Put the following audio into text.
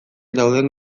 dauden